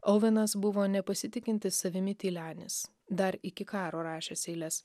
auvenas buvo nepasitikintis savimi tylenis dar iki karo rašęs eiles